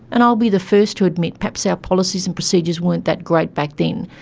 and i'll be the first to admit perhaps our policies and procedures weren't that great back then,